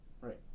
Right